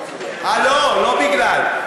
לא בגלל.